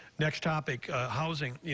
next topic, housing. you